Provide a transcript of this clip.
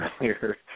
earlier